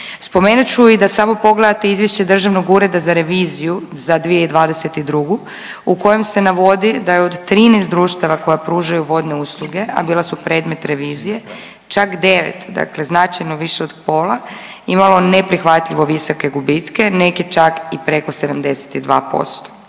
Spomenut ću i da samo pogledate izvješće Državnog ureda za reviziju za 2022. u kojem se navodi da je od 13 društava koja pružaju vodne usluge, a bila su predmet revizije, čak 9, dakle značajno više od pola imalo neprihvatljivo visoke gubitke, neki čak i preko 72%.